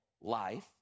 life